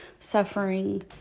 Suffering